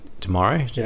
tomorrow